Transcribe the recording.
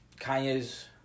Kanye's